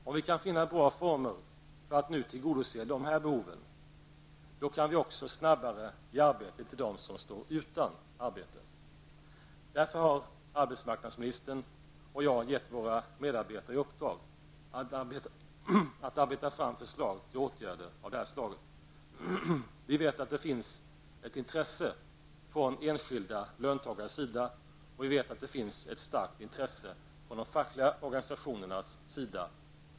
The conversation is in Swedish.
Om vi kan finna bra former för att nu tillgodose dessa behov, då kan vi också snabbare ge arbete till dem som står utan arbete. Därför har arbetsmarknadsministern och jag gett våra medarbetare i uppdrag att arbeta fram förslag till åtgärder av det här slaget. Vi vet att det finns ett intresse från enskilda löntagare, och vi vet att det finns ett starkt intresse från de fackliga organisationerna.